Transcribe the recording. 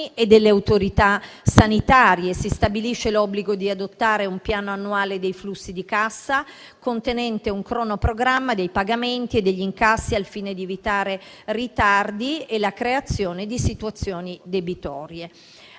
e delle autorità sanitarie: si stabilisce l'obbligo di adottare un piano annuale dei flussi di cassa, contenente un cronoprogramma dei pagamenti e degli incassi, al fine di evitare ritardi e la creazione di situazioni debitorie.